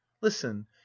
listen